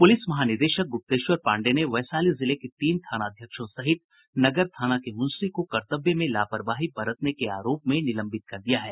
police महानिदेशक गुप्तेश्वर पाण्डेय ने वैशाली जिले के तीन थानाध्यक्षों सहित नगरथाना के मुंशी को कर्तव्य में लापरवाही बरतने के आरोप में निलंबित कर दिया है